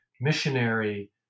Missionary